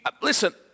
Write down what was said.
Listen